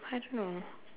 I don't know